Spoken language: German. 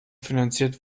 finanziert